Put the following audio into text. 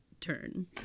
turn